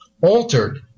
altered